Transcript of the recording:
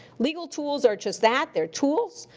legal tools are just that, they're tools,